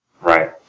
Right